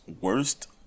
worst